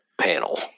panel